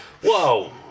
Whoa